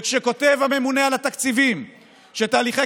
וכשכותב הממונה על התקציבים שתהליכי